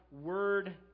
word